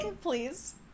please